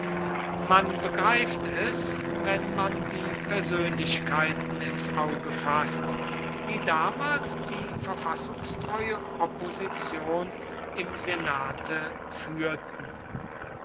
man begreift es wenn man die persönlichkeiten ins auge faßt die damals die verfassungstreue opposition im senate führten